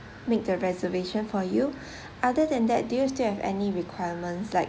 make the reservation for you other than that do you still have any requirements like